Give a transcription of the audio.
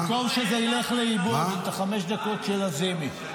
במקום שזה ילך לאיבוד, חמש הדקות של לזימי.